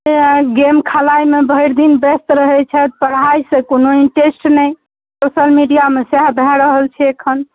तैँ गेम खेलाइमे भरि दिन व्यस्त रहैत छथि पढ़ाइसँ कोनो ईन्ट्रेस्ट नहि सोशल मिडिआमे सहए भए रहल छै एखन